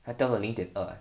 还到了零点二 eh